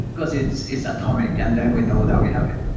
because it's it's atomic, and then we know that we have it.